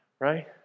right